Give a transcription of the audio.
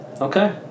Okay